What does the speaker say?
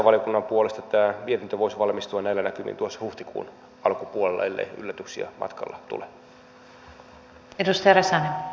ulkoasiainvaliokunnan puolesta tämä mietintö voisi valmistua näillä näkymin huhtikuun alkupuolella ellei yllätyksiä matkalla tule